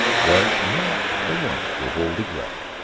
was not the one to hold a grudge.